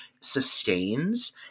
sustains